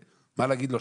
מה להגיד לו?